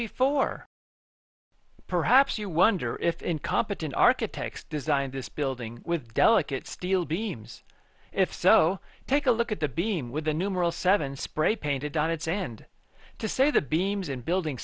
before perhaps you wonder if incompetent architects designed this building with delicate steel beams if so take a look at the beam with the numeral seven spray painted on its end to say the beams and building